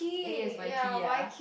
yes yes Waikir uh